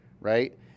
right